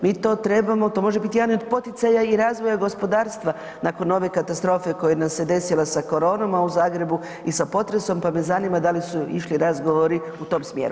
Mi to trebamo, to može bit jedan i od poticaja i razvoja gospodarstva nakon ove katastrofe koja nam se desila sa koronom, a u Zagrebu i sa potresom, pa me zanima da li su išli razgovori u tom smjeru?